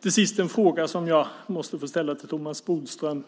Till sist är det en fråga som jag måste få ställa till Thomas Bodström.